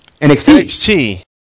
NXT